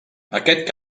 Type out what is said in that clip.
aquest